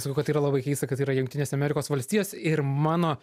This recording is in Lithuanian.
sakau kad tai yra labai keista kad tai yra jungtinės amerikos valstijos ir mano